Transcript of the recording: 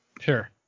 Sure